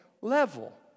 level